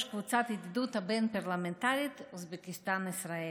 קבוצת הידידות הבין-פרלמנטרית אוזבקיסטן-ישראל.